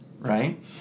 right